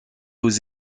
aux